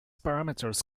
parameters